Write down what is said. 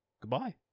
Goodbye